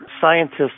scientists